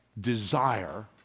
desire